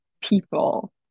people